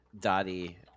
Dottie